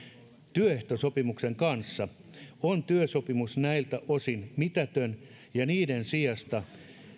työehtosopimuksen kanssa on työsopimus näiltä osin mitätön ja niiden sijasta